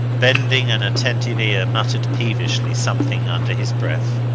bending an attentive ear, muttered peevishly something under his breath.